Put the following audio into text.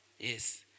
Yes